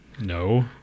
No